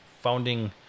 founding